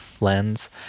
lens